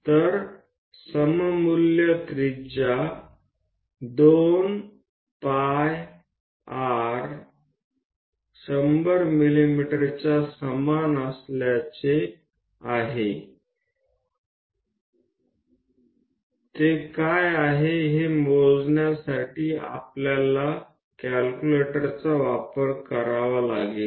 તો તમારા ગણનયંત્ર નો 2πr 100 mm માટે સમકક્ષ ત્રિજ્યા શું થાય છે તે ગણવા માટે ઉપયોગ કરો